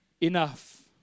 enough